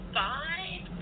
five